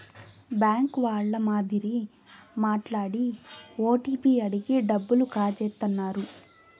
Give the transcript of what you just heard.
bank వాళ్ళ మాదిరి మాట్లాడి ఓటీపీ అడిగి డబ్బులు కాజేత్తన్నారు